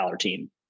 team